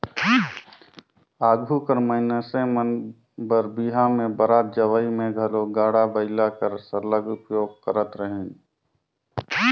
आघु कर मइनसे मन बर बिहा में बरात जवई में घलो गाड़ा बइला कर सरलग उपयोग करत रहिन